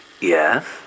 Yes